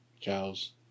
cows